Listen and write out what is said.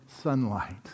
sunlight